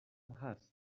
هست